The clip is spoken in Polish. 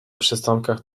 przystankach